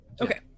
okay